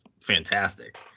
fantastic